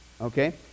okay